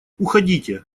уходите